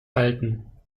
halten